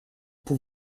pour